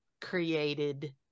created